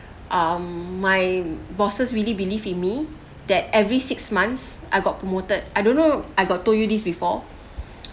um my bosses really believe in me that every six months I got promoted I don't know I got told you this before